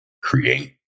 create